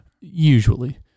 Usually